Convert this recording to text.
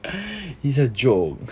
he's a joke